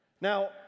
Now